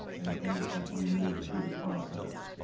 and events as we move through the process.